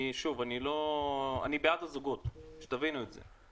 אני בעד הזוגות, שתבינו את זה.